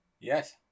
Yes